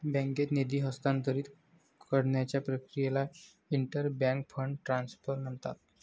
बँकेत निधी हस्तांतरित करण्याच्या प्रक्रियेला इंटर बँक फंड ट्रान्सफर म्हणतात